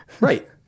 Right